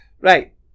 Right